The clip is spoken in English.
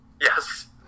Yes